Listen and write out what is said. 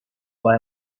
buy